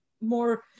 more